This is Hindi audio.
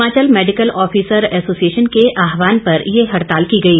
हिमाचल मैडिकल ऑफिसर एसोसिएशन के आहवान पर ये हडताल की गई